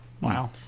wow